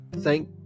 thank